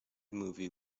movie